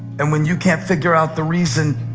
and when you can't figure out the reason,